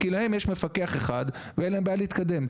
כי להם יש מפקח אחד ואין להם בעיה להתקדם.